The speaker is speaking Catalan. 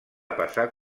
passar